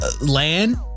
land